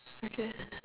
okay